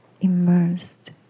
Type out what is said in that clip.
immersed